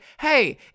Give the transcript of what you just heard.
hey